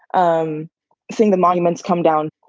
um seeing the monuments come down,